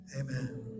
amen